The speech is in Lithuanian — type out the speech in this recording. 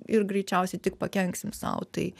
ir greičiausiai tik pakenksim sau tai